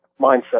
mindset